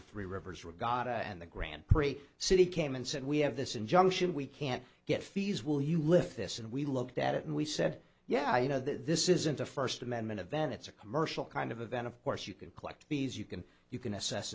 the three rivers regatta and the grand prix city came and said we have this injunction we can't get fees will you lift this and we looked at it and we said yeah you know this isn't a first amendment event it's a commercial kind of event of course you can collect fees you can you can assess